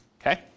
okay